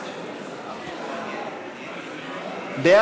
יהדות התורה, מרצ להביע אי-אמון בממשלה לא נתקבלה.